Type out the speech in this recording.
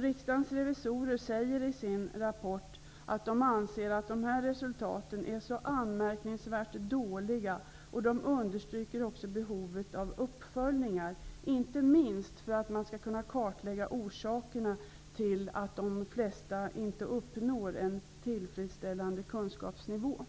Riksdagens revisorer säger i sin rapport att de anser att de här resultaten är anmärkningsvärt dåliga. De understryker också behovet av uppföljning, inte minst för att man skall kunna kartlägga orsakerna till att de flesta inte uppnår en tillfredsställande kunskapsnivå.